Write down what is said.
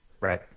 Right